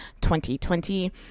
2020